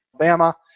Alabama